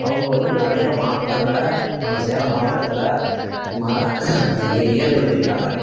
அவங்க வந்து நிறையா மாற்றங்களை நம்ம சேலம் மாவட்டத்தில் ம ஏ ஏ ஏற்படுத்தியிருக்காங்க